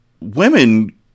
women